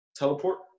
Teleport